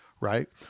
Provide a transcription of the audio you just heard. right